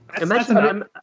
imagine